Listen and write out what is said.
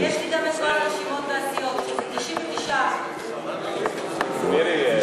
יש לי גם את כל הרשימות והסיעות, 99. נשמח.